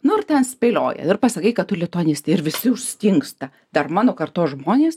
nu ir ten spėlioja ir pasakai kad tu lituanistė ir visi užstingsta dar mano kartos žmonės